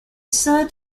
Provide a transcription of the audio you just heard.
served